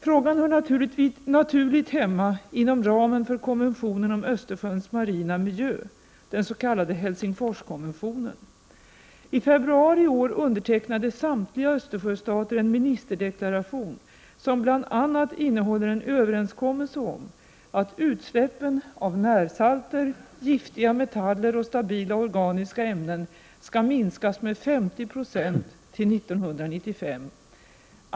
Frågan hör naturligt hemma inom ramen för konventionen om Östersjöns marina miljö, den s.k. Helsingforskonventionen. I februari i år underteckna de samtliga Östersjöstater en ministerdeklaration, som bl.a. innehåller en överenskommelse om att utsläppen av närsalter, giftiga metaller och stabila organiska ämnen skall minskas med 50 9 till 1995.